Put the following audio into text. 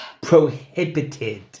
Prohibited